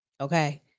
Okay